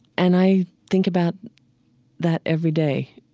and i think about that every day,